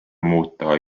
muuta